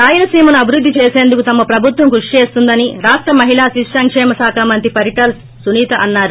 రాయలసీమను అభివృద్ది చేసేందుకు తమ ప్రభుత్వం కృషి చేస్తోందని రాష్ట మహిళా శిశు సంకేమ శాఖ మంత్రి పరీటాల సునీత అన్నారు